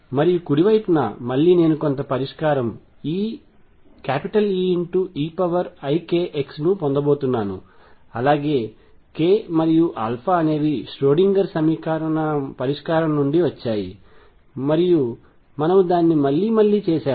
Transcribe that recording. మరియు కుడి వైపున మళ్ళీ నేను కొంత పరిష్కారం E eikxను పొందబోతున్నాను అలాగే k మరియు అనేవి ష్రోడింగర్ సమీకరణం పరిష్కారం నుండి వచ్చాయి మరియు మనము దానిని మళ్లీ మళ్లీ చేసాము